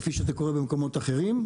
כפי שזה קורה במקומות אחרים,